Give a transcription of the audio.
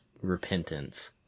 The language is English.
repentance